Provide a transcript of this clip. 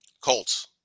Colts